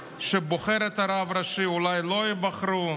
שבוחר את הרב הראשי אולי לא ייבחרו,